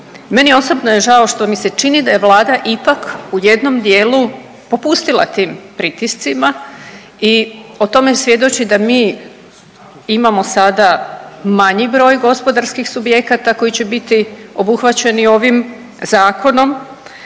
Meni osobno je žao što mi se čini da je Vlada ipak u jednom dijelu popustila tim pritiscima i o tome svjedoči da mi imamo sada manji broj gospodarskih subjekata koji će biti obuhvaćeni ovim zakonom.